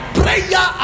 prayer